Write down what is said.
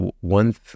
one